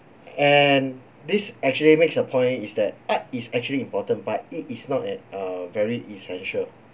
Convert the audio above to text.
and this actually makes a point is that art is actually important but it is not at uh very essential